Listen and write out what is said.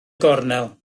gornel